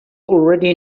already